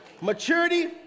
Maturity